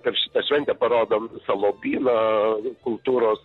per šitą šventę parodom visą lobyną kultūros